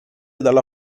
dalla